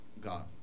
God